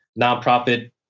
nonprofit